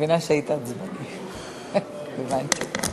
גברתי היושבת-ראש,